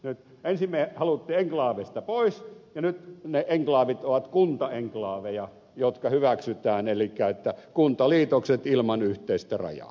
ensin me halusimme enklaavista pois ja nyt ne enklaavit ovat kuntaenklaaveja jotka hyväksytään elikkä kuntaliitokset ilman yhteistä rajaa